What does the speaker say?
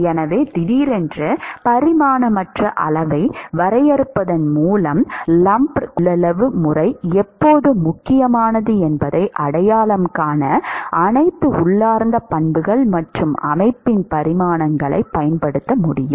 எனவே திடீரென்று பரிமாணமற்ற அளவை வரையறுப்பதன் மூலம் லம்ப்ட் கொள்ளளவு முறை எப்போது முக்கியமானது என்பதை அடையாளம் காண அனைத்து உள்ளார்ந்த பண்புகள் மற்றும் அமைப்பின் பரிமாணங்களைப் பயன்படுத்த முடியும்